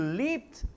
leaped